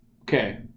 Okay